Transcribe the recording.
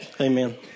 Amen